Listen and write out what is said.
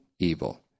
evil